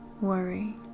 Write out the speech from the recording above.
worry